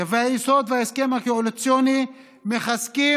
קווי היסוד וההסכם הקואליציוני מחזקים